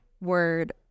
word